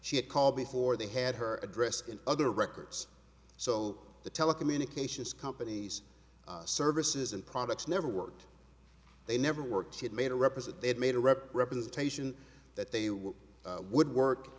she had called before they had her address and other records so the telecommunications companies services and products never worked they never worked she had made a represent they had made a rep representation that they would would work